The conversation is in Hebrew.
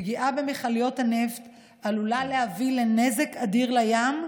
פגיעה במכליות הנפט עלולה להביא נזק אדיר לים,